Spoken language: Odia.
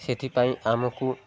ସେଥିପାଇଁ ଆମକୁ